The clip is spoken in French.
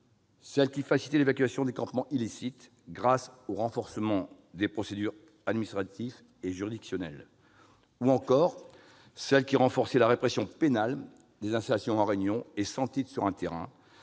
la simplification de l'évacuation des campements illicites grâce au renforcement des procédures administratives et juridictionnelles ; enfin, le renforcement de la répression pénale des installations en réunion et sans titre sur un terrain,